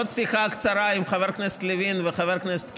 עוד שיחה קצרה עם חבר הכנסת לוין וחבר הכנסת קיש,